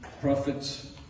prophets